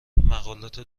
مقالات